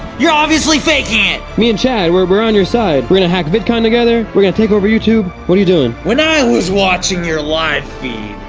you're obviously faking it. me and chad, we're we're on your side. we're gonna hack vidcon together, we're gonna take over youtube. what are you doing? when i was watching your live feed,